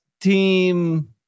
team